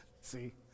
See